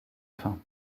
faim